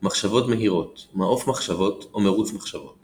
מחשבות מהירות - מעוף מחשבות או מרוץ מחשבות